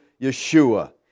Yeshua